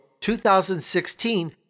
2016